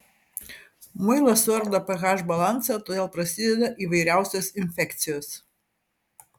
muilas suardo ph balansą todėl prasideda įvairiausios infekcijos